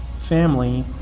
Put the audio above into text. family